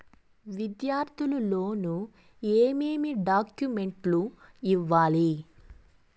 విద్యార్థులు లోను ఏమేమి డాక్యుమెంట్లు ఇవ్వాలి?